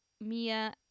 Mia